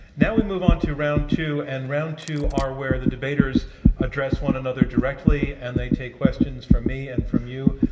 now, we move on to round two. and round two are where the debaters address one another directly, and they take questions from me and from you,